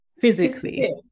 physically